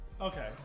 Okay